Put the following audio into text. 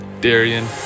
Darian